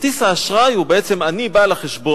כרטיס האשראי הוא בעצם: אני, בעל החשבון,